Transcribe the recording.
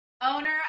Owner